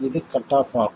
இது cut off ஆகும்